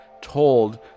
told